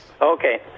Okay